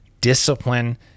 discipline